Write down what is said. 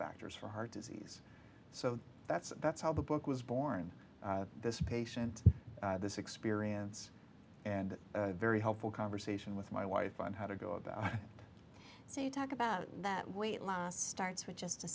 factors for heart disease so that's that's how the book was born this patient this experience and very helpful conversation with my wife on how to go about it so you talk about that weight loss starts with just a